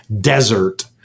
desert